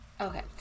Okay